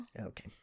Okay